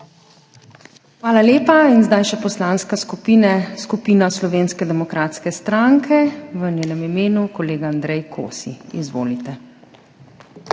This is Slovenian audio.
Hvala lepa. In zdaj še Poslanska skupina Slovenske demokratske stranke, v njenem imenu kolega Andrej Kosi. Izvolite.